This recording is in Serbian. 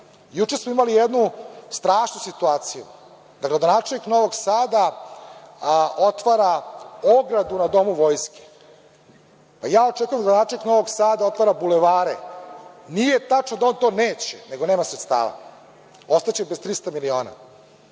smo imali jednu strašnu situaciju da gradonačelnik Novog Sada otvara ogradu na Domu vojske. Ja očekujem da gradonačelnik Novog Sada otvara bulevare. Nije tačno da on to neće, nego nema sredstava, ostaće bez 300 miliona